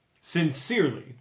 sincerely